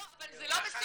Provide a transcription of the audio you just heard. סליחה- -- אבל זה לא בסדר.